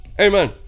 Amen